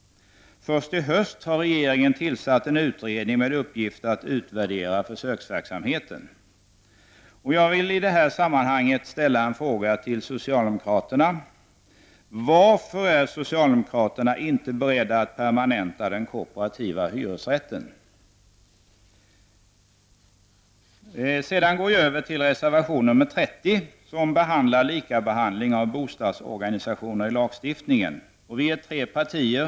Först i höst har regeringen tillsatt en utredning med uppgift att utvärdera försöksverksamheten. Jag vill i detta sammanhang ställa en frågan till socialdemokraterna: Varför är socialdemokraterna inte beredda att permanenta den kooperativa hyresrätten? Reservation nr 30 tar upp fråga om likabehandling i lagstiftningen av bostadsorganisationer.